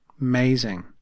amazing